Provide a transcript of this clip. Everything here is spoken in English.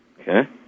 Okay